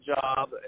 job